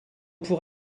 pour